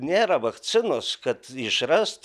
nėra vakcinos kad išrast